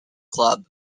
club